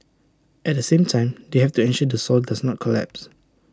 at the same time they have to ensure the soil does not collapse